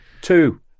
Two